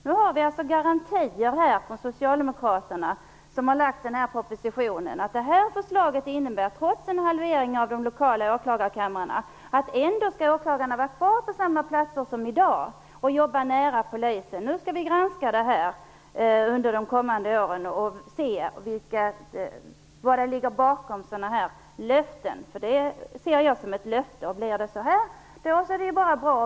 Nu har vi alltså fått garantier från Socialdemokraterna, som har lagt fram denna proposition, att detta förslag, trots en halvering av de lokala åklagarkamrarna, innebär att åklagarna skall vara kvar på samma platser som i dag och jobba nära Nu skall vi granska detta under de kommande åren, och se vad som ligger bakom sådana här löften. För jag ser detta som ett löfte. Blir det som Helena Frisk säger är det bara bra.